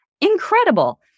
Incredible